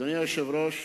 אדוני היושב-ראש,